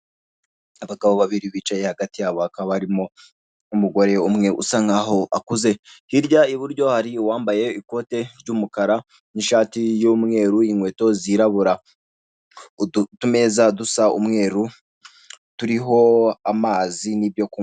Abagabo babiri bicaye hagati yabo hakaba umugore umwe usa nk'aho akuze hirya iburyo hari uwambaye ikote ry'umukara, n'ishati y'umweru inkweto zirabura utumeza dusa umweru ituriho amazi n'ibyo kunywa.